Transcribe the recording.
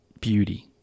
beauty